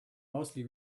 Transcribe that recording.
mostly